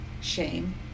shame